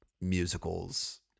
musicals